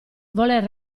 voler